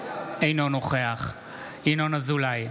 אינו נוכח ינון אזולאי,